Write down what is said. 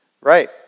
Right